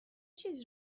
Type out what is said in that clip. چیزی